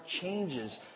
changes